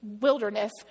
wilderness